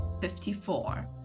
fifty-four